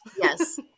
Yes